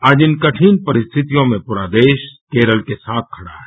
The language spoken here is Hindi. आज इन कठिन परिस्थितियों में पूरा देश केरल के साथ खड़ा है